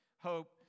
hope